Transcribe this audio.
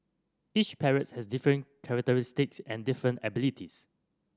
each parrots has different characteristics and different abilities